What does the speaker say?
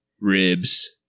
ribs